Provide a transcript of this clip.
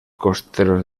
costeros